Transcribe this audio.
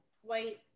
white